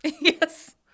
Yes